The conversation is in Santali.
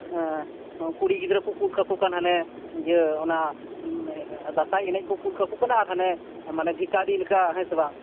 ᱠᱩᱲᱤ ᱜᱤᱫᱽᱨᱟᱹ ᱠᱚ ᱠᱩᱞ ᱠᱟᱠᱚ ᱠᱟᱱ ᱦᱟᱱᱮ ᱤᱭᱟᱹ ᱚᱱᱟ ᱫᱟᱸᱥᱟᱭ ᱮᱱᱮᱡ ᱠᱚ ᱠᱩᱞ ᱠᱟᱠᱚ ᱠᱟᱱᱟ ᱟᱨ ᱦᱟᱱᱮ ᱢᱟᱱᱮ ᱵᱷᱤᱠᱟᱨᱤ ᱞᱮᱠᱟ ᱦᱮᱸ ᱥᱮ ᱵᱟᱝ